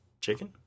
chicken